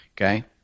okay